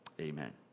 Amen